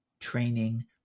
training